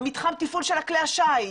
מתחם התפעול של כלי השיט,